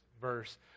verse